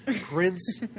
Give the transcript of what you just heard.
Prince